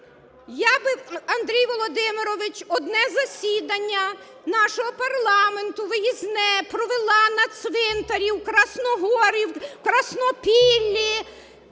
Я би, Андрій Володимирович, одне засідання нашого парламенту виїзне провела на цвинтарі в Красногорівці… в Краснопіллі